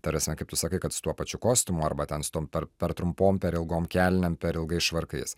ta prasme kaip tu sakai kad su tuo pačiu kostiumu arba ten su tom per per trumpom per ilgom kelnėm per ilgais švarkais